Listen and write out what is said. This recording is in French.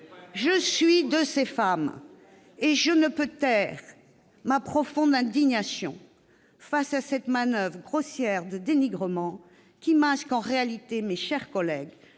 Je suis l'une de ces femmes, et je ne peux taire ma profonde indignation devant cette manoeuvre grossière de dénigrement, qui masque en réalité, mes chers collègues,